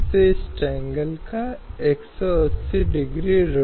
लेकिन इससे परे पति की ओर से ऐसी कोई जिम्मेदारी नहीं है